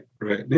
right